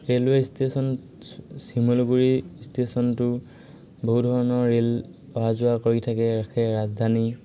railway station Simaluguri ষ্টেচনটো বহু ধৰণৰ ৰে'ল অহা যোৱা কৰি থাকে ৰাখে ৰাজধানী